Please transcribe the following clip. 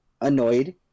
annoyed